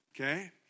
okay